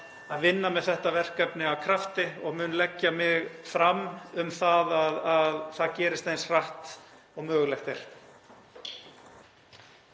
að vinna með þetta verkefni af krafti og mun leggja mig fram um að það gerist eins hratt og mögulegt er.